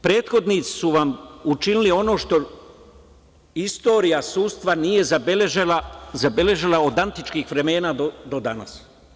Prethodni su vam učinili ono što istorija sudstva nije zabeležila od antičkih vremena do danas.